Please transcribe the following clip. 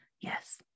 Yes